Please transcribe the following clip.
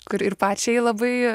kuri ir pačiai labai